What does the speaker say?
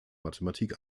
mathematik